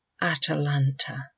Atalanta